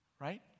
Right